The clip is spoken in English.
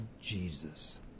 Jesus